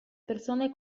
persone